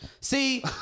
See